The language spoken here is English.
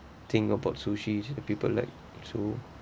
thing about sushi people like so